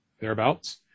thereabouts